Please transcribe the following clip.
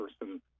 person